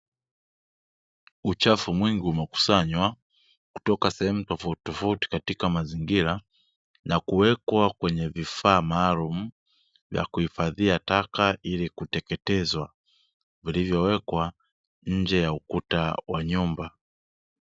Uchafu mwingi umekusanywa kutoka sehemu tofauti tofauti, katika mazingira na kuwekwa kwenye vifaa maalumu vya kuhifadhia taka ili kuteketezwa, ulivyowekwa nje ya ukuta wa nyumba.